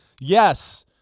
yes